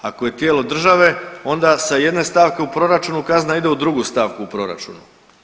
Ako je tijelo države onda sa jedne stavke u proračunu kazna ide u drugu stavku u proračunu.